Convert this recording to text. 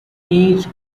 eight